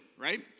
right